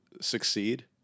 succeed